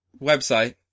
website